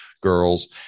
Girls